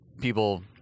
people